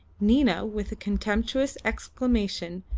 nina, with a contemptuous exclamation,